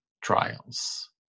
trials